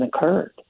occurred